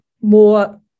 more